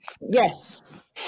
Yes